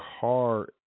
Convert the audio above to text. car